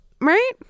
Right